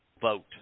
vote